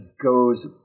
goes